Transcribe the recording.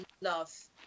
love